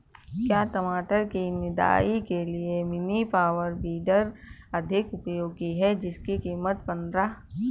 क्या टमाटर की निदाई के लिए मिनी पावर वीडर अधिक उपयोगी है जिसकी कीमत पंद्रह हजार है?